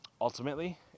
Ultimately